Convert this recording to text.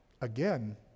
again